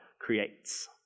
creates